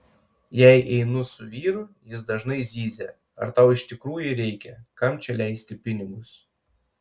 jei einu su vyru jis dažnai zyzia ar tau iš tikrųjų reikia kam čia leisti pinigus